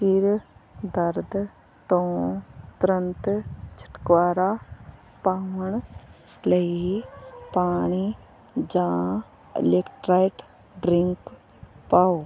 ਸਿਰ ਦਰਦ ਤੋਂ ਤੁਰੰਤ ਛੁਟਕਾਰਾ ਪਾਉਣ ਲਈ ਪਾਣੀ ਜਾਂ ਇਲੈਕਟਰਾਈਟ ਡਰਿੰਕ ਪੀਓ